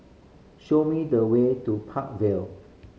show me the way to Park Vale